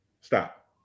Stop